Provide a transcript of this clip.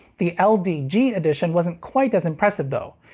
the ld-g addition wasn't quite as impressive, though.